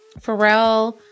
Pharrell